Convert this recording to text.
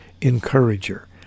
encourager